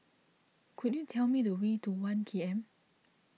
could you tell me the way to one K M